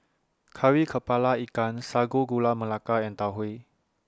Kari Kepala Ikan Sago Gula Melaka and Tau Huay